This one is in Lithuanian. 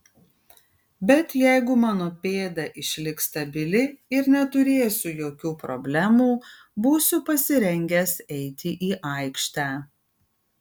bei jeigu mano pėda išliks stabili ir neturėsiu jokių problemų būsiu pasirengęs eiti į aikštę